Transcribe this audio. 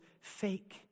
fake